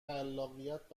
اخلاقات